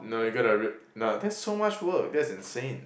no you gotta r~ no that's so much work that's insane